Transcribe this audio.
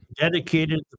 dedicated